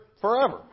forever